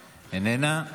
איננה.